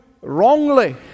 wrongly